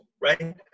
right